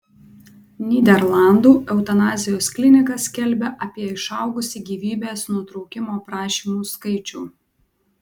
nyderlandų eutanazijos klinika skelbia apie išaugusį gyvybės nutraukimo prašymų skaičių